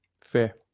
Fair